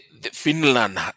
Finland